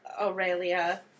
Aurelia